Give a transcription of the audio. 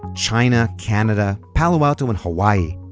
china, canada, palo alto and hawaii